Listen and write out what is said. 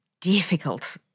difficult